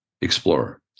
Explorer